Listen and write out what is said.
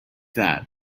that